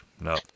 No